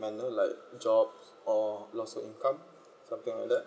manner like job or lost income something like that